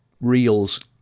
Reel's